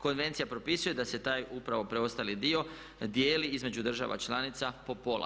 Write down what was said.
Konvencija propisuje da se taj upravo preostali dio dijeli između država članica po pola.